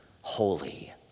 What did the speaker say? holy